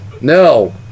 no